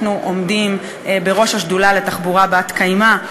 אנחנו עומדים בראש השדולה לתחבורה בת-קיימא,